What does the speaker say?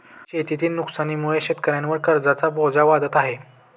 शेतीतील नुकसानीमुळे शेतकऱ्यांवर कर्जाचा बोजा वाढत आहे